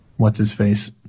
what's-his-face